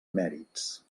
mèrits